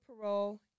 parole